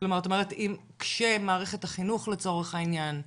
כלומר את אומרת כשמערכת החינוך יודעת,